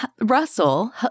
Russell